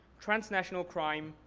transnational crime,